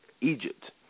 Egypt